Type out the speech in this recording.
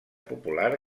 popular